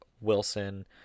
Wilson